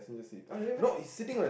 ah really meh